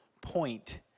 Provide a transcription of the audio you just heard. point